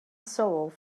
soul